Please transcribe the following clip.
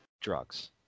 drugs